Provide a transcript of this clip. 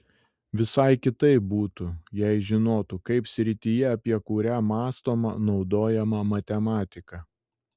visai kitaip būtų jei žinotų kaip srityje apie kurią mąstoma naudojama matematika